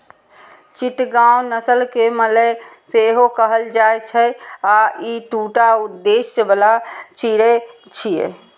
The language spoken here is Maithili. चिटगांव नस्ल कें मलय सेहो कहल जाइ छै आ ई दूटा उद्देश्य बला चिड़ै छियै